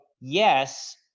yes